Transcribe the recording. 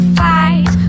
fight